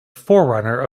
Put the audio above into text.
forerunner